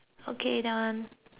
hmm